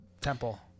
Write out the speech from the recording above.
temple